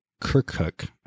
Kirkuk